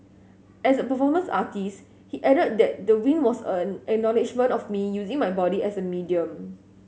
as a performance artist he added that the win was an acknowledgement of me using my body as a medium